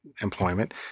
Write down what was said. employment